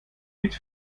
mit